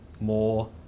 more